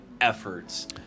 efforts